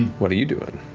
what are you doing?